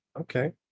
okay